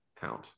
count